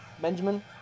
Benjamin